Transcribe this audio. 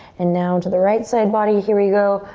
and now to the right side body. here we go.